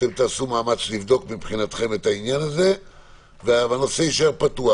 אתם תעשו מאמץ לבדוק מבחינתכם את העניין הזה והנושא יישאר פתוח.